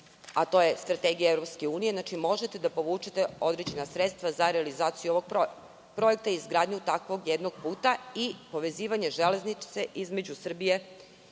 a to je strategija EU, znači, možete da povučete određena sredstva za realizaciju ovog projekta, projekta izgradnje jednog takvog puta i povezivanje železnice između Srbije